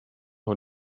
who